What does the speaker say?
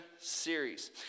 series